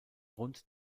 rund